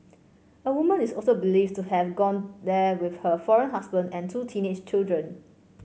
a woman is also believed to have gone there with her foreign husband and two teenage children